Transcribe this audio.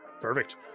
perfect